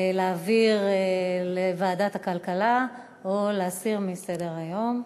להעביר לוועדת הכלכלה או להסיר מסדר-היום.